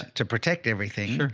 to protect everything. sure.